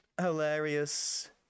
hilarious